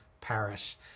Paris